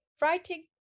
writing